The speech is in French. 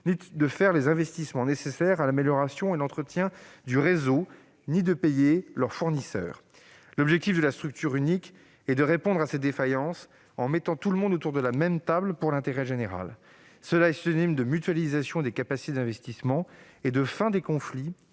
ni de faire les investissements nécessaires à l'amélioration et l'entretien du réseau, ni de payer leurs fournisseurs. Cette structure unique aurait pour objet de répondre à ces défaillances en mettant tout le monde autour de la même table, au nom de l'intérêt général. Cette démarche est synonyme de mutualisation des capacités d'investissement et de fin des conflits